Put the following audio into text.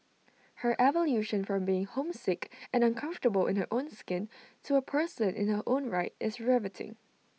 her evolution from being homesick and uncomfortable in her own skin to A person in her own right is riveting